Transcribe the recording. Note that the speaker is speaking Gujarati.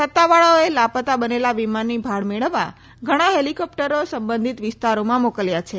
સત્તાવાળાઓએ લાપતા બનેલા વિમાનની ભાળ મેળવવા ઘણાં હેલિકોપ્ટરો સંબંધિત વિસ્તારોમાં મોકલ્યા છે